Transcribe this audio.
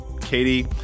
Katie